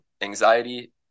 anxiety